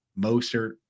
Mostert